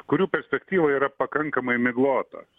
kurių perspektyva yra pakankamai miglotas